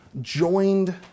joined